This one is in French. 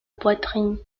poitrine